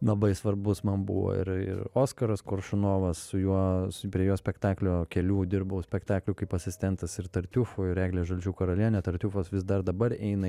labai svarbus man buvo ir ir oskaras koršunovas su juo prie jo spektaklio kelių dirbau spektaklių kaip asistentas ir tartiufo ir eglė žalčių karalienė tartiufas vis dar dabar eina